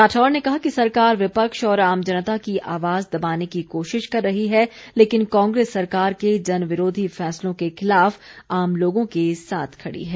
राठौर ने कहा कि सरकार विपक्ष और आम जनता की आवाज दबाने की कोशिश कर रही है लेकिन कांग्रेस सरकार के जनविरोधी फैसलों के खिलाफ आम लोगों के साथ खड़ी है